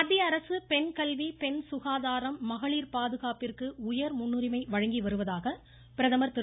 மத்தியஅரசு பெண் கல்வி பெண் சுகாதாரம் மகளிர் பாதுகாப்பிற்கு உயர் முன்னுரிமை வழங்கிவருவதாக பிரதமர் திரு